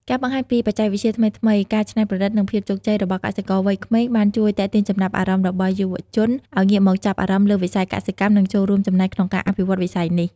ការបង្ហាញពីបច្ចេកវិទ្យាថ្មីៗ ការច្នៃប្រឌិត និងភាពជោគជ័យរបស់កសិករវ័យក្មេង បានជួយទាក់ទាញចំណាប់អារម្មណ៍របស់យុវជនឲ្យងាកមកចាប់អារម្មណ៍លើវិស័យកសិកម្ម និងចូលរួមចំណែកក្នុងការអភិវឌ្ឍវិស័យនេះ។